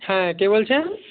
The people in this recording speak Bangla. হ্যাঁ কে বলছেন